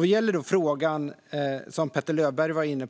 Vad gäller frågan